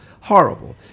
horrible